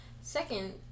second